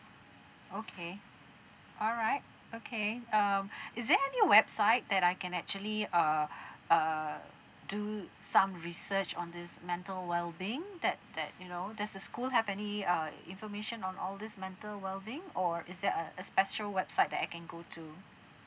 okay alright okay um is there any website that I can actually uh uh do some research on this mental well being that that you know does the school have any uh information on all this mental well being or is there a a special website that I can go to